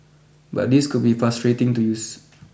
but these could be frustrating to use